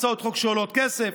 הצעות חוק שעולות כסף.